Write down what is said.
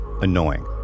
annoying